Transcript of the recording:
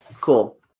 Cool